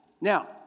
Now